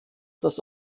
das